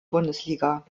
bundesliga